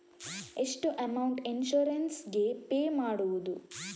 ಎಷ್ಟು amount insurance ಗೇ pay ಮಾಡುವುದು?